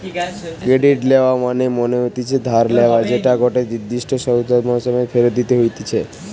credit লেওয়া মনে হতিছে ধার লেয়া যেটা গটে নির্দিষ্ট সময় সুধ সমেত ফেরত দিতে হতিছে